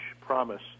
promise